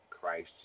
Christ